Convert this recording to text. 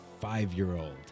five-year-old